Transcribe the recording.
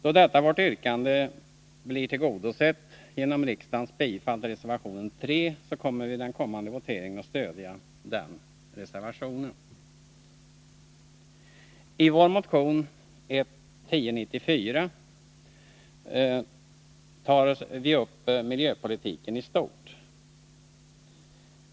Då detta vårt yrkande tillgodoses genom riksdagens bifall till reservation 3, kommer vi att vid den stundande voteringen stödja reservationen. Vår motion 1094 tar upp miljöpolitiken i stort.